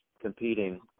competing